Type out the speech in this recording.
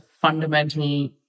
fundamental